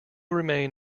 remain